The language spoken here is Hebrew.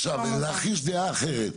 עכשיו, לך יש דעה אחרת.